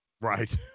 Right